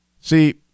See